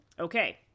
Okay